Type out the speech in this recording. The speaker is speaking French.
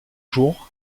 jours